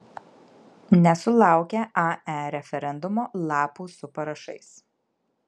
nesulaukia ae referendumo lapų su parašais